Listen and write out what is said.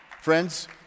friends